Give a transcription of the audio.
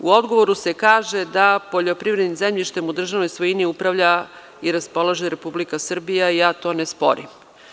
U odgovoru se kaže da poljoprivrednim zemljištem u državnoj svojini upravlja i raspolaže Republika Srbija, i ja to ne sporim.